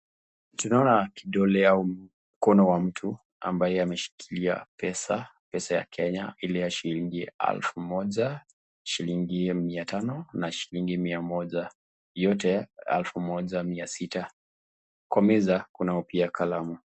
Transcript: Tunaona kidole au mkono wa mtu ambaye umeshikilia pesa, pesa ya kenya shilingi alfu moja, shilingi mia tano na shilingi mia moja zote alfu moja na mia sita. Kwa meza kunayo pia kalamu.